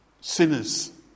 sinners